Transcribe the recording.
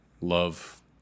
Love